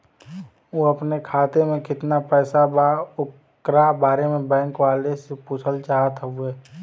उ अपने खाते में कितना पैसा बा ओकरा बारे में बैंक वालें से पुछल चाहत हवे?